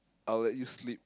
I'll let you sleep